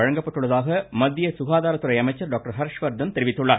வழங்கப்பட்டு உள்ளதாக மத்திய சுகாதாரத் துறை அமைச்சர் டாக்டர் ஹர்ஷ்வர்தன் தெரிவித்துள்ளார்